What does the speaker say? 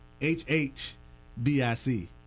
H-H-B-I-C